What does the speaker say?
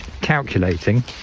calculating